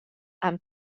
amb